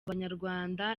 abanyarwanda